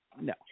no